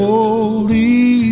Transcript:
Holy